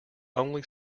only